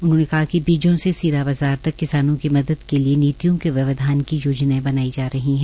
उन्होंने कहा कि बीजो से सीधा बाजार तक किसानों की मदद के लिए नीतियों के व्यवधान की योजनाएं बनाई जा रही हैं